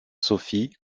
sophie